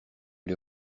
les